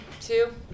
two